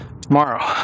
tomorrow